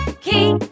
Key